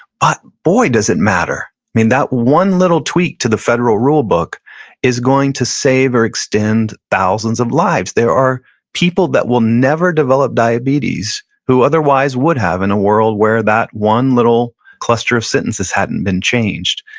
but boy does it matter. that one little tweak to the federal rule book is going to save or extend thousands of lives. there are people that will never develop diabetes who otherwise would have in a world where that one little cluster of sentences hadn't been changed.